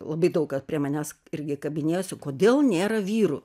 labai daug kas prie manęs irgi kabinėjosi kodėl nėra vyrų